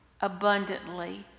abundantly